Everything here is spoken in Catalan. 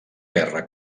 guerra